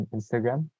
Instagram